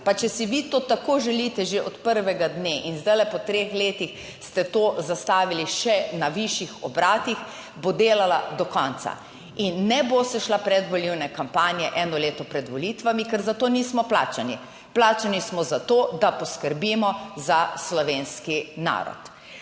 pa če si vi to tako želite že od prvega dne in zdaj po treh letih ste to zastavili še na višjih obratih, bo delala do konca. In ne bo se šla predvolilne kampanje eno leto pred volitvami, ker za to nismo plačani. Plačani smo zato, da poskrbimo za slovenski narod.